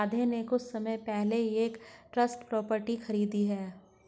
राधे ने कुछ समय पहले ही एक ट्रस्ट प्रॉपर्टी खरीदी है